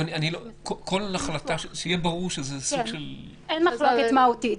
אין מחלוקת מהותית.